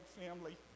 family